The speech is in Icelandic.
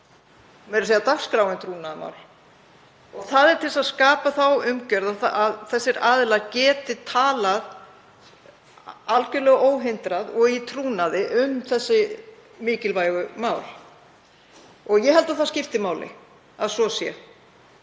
meira að segja er dagskráin trúnaðarmál. Það er til að skapa þá umgjörð að þessir aðilar geti talað algerlega óhindrað og í trúnaði um mikilvæg mál. Ég held að það skipti máli að svo sé.